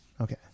Okay